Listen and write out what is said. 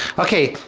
okay,